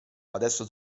adesso